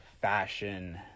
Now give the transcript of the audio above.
fashion